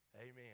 Amen